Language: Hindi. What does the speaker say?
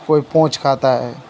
कोई पूँछ खाता है